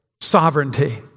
sovereignty